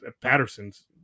patterson's